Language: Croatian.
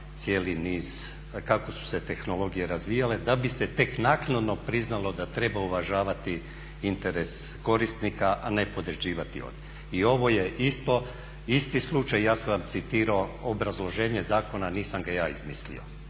cijeli niz, kako su se tehnologije razvijale da bi se tek naknadno priznalo da treba uvažavati interes korisnika, a ne podređivati …/Govornik se ne razumije./… I ovo je isti slučaj i ja sam vam citirao obrazloženje zakona, nisam ga ja izmislio